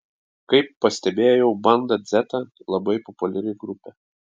kaip pastebėjau banda dzeta labai populiari grupė